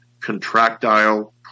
contractile